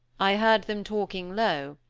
i heard them talking low,